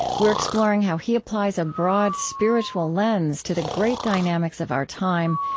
we're exploring how he applies a broad spiritual lens to the great dynamics of our time,